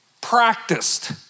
practiced